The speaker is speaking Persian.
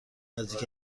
نزدیک